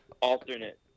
alternate